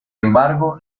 embargo